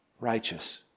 Righteous